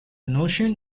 notion